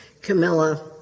Camilla